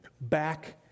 back